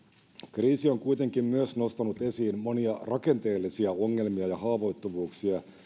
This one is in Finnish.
kriisi on kuitenkin myös nostanut esiin monia rakenteellisia ongelmia ja haavoittuvuuksia